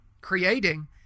creating